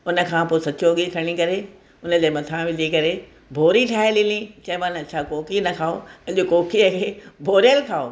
उनखां पोइ सचो गिहु खणी करे उनजे मथां विझी करे भोरी ठाहे ॾिनी चयोमानि अच्छा कोकी न खाओ अॼु कोकीअ खे भोरियलु खाओ